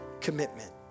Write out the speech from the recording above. commitment